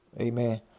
Amen